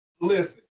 Listen